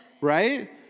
Right